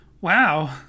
Wow